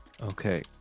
okay